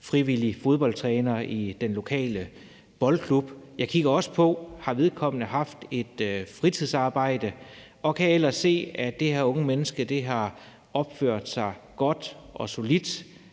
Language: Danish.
frivillig fodboldtræner i den lokale boldklub. Jeg kigger også på, om vedkommende har haft et fritidsarbejde, og så ser jeg ellers på, om det her unge menneske har opført sig godt og solidt